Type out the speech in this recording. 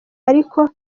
ariko